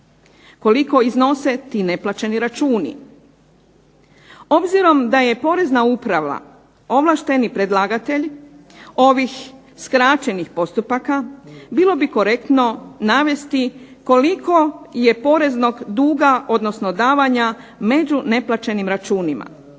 koliko iznose ti neplaćeni računi. Obzirom da je porezna uprava ovlašteni predlagatelj ovih skraćenih postupaka bilo bi korektno navesti koliko je poreznog duga odnosno davanja među neplaćenim računima,